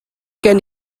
gen